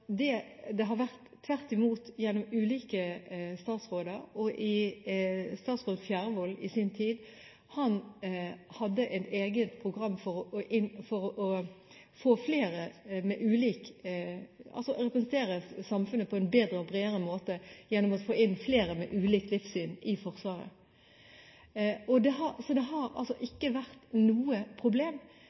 ulike statsråder. Statsråd Fjærvoll hadde i sin tid et eget program for å representere samfunnet på en bedre og bredere måte gjennom å få inn flere med ulikt livssyn i Forsvaret. Så det har ikke vært noe problem. Problemet ville oppstå hvis vi nå skulle avsluttet denne praksisen i Forsvaret. Det mener vi ville vært